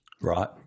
Right